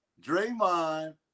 Draymond